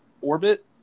orbit